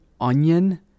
onion